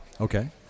Okay